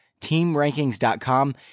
TeamRankings.com